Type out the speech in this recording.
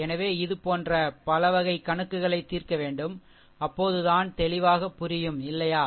எனவே இது போன்ற பலவகை கணக்குகளை தீர்க்க வேண்டும் அப்போதுதான் தெளிவாக புரியும் இல்லையா